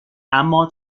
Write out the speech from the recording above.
اما